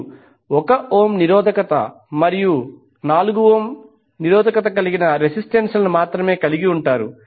మీరు 1 ఓం నిరోధకత మరియు 4 ఓం నిరోధకత కలిగిన రెసిస్టెన్స్ లను మాత్రమే కలిగి ఉంటారు